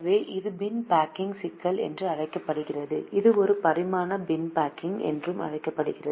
எனவே இது bin packing சிக்கல் என்று அழைக்கப்படுகிறது இது ஒரு பரிமாண பின் பேக்கிங் என்றும் அழைக்கப்படுகிறது